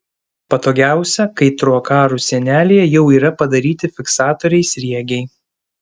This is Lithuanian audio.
patogiausia kai troakarų sienelėje jau yra padaryti fiksatoriai sriegiai